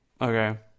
Okay